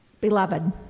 Beloved